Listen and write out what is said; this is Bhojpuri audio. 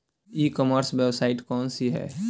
ई कॉमर्स वेबसाइट कौन सी है?